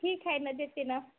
ठीक हाय ना देते ना